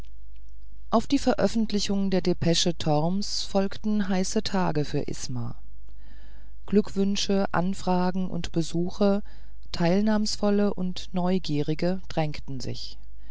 auf die veröffentlichung der depesche torms folgten heiße tage für isma glückwünsche anfragen und besuche teilnahmsvolle und neugierige drängten sich